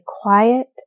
quiet